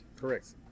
correct